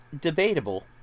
debatable